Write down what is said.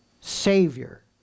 Savior